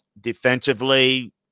Defensively